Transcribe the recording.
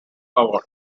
award